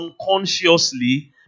unconsciously